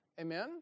Amen